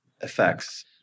effects